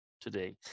today